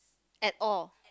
at all